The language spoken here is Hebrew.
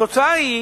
התוצאה היא